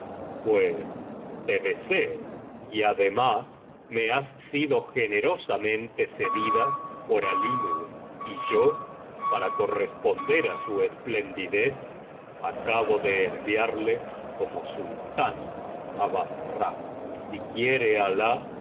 pues te deseo y además me has sido generosamente cedida por alínur y yo para corresponder á su esplendidez acabo de enviarle como sultán á bassra y si quiere alan pronto le